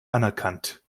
anerkannt